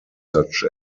such